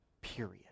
period